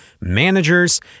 managers